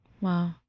Wow